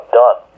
done